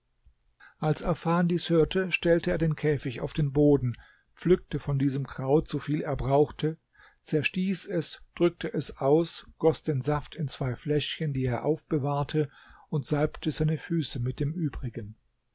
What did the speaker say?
als afan dies hörte stellte er den käfig auf den boden pflückte von diesem kraut so viel er brauchte zerstieß es drückte es aus goß den saft in zwei fläschchen die er aufbewahrte und salbte seine füße mit dem übrigen